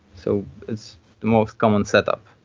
so it's the most common setup.